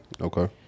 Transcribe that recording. Okay